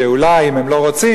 שאולי אם הם לא רוצים,